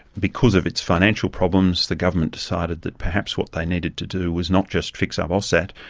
because of its financial problems, the government decided that perhaps what they needed to do was not just fix up aussat,